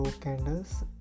candles